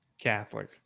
catholic